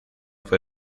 fue